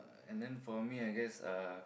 and then for me I guess uh